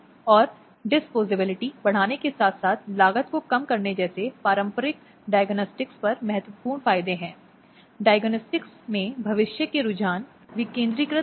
आज ऐसा कहना गलत हो सकता है और यह वास्तव में ऐसी स्थिति में चला गया है जहां महिलाओं के हितों की रक्षा करना सार्थक और महत्वपूर्ण है और यही कानून ने करने की कोशिश की है